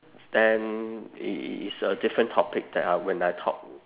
then it it it's a different topic than I when I talk